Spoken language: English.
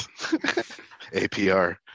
APR